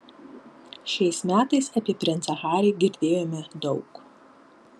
šiais metais apie princą harį girdėjome daug